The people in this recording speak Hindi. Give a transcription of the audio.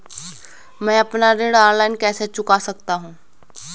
मैं अपना ऋण ऑनलाइन कैसे चुका सकता हूँ?